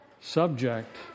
subject